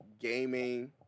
gaming